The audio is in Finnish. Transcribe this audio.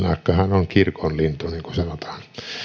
on kirkon lintu niin kuin sanotaan